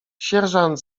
sierżant